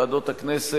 חברות וחברי הכנסת,